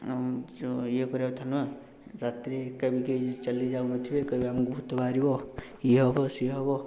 ଇଏ କରିବା କଥା ନୁହଁ ରାତ୍ରି କେମିତି ଚାଲିଯାଉ ନଥିବେ କହିବେ ଆମକୁ ଭୂତ ବାହାରିବ ଇଏ ହେବ ସିଏ ହେବ